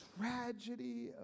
tragedy